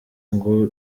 ngo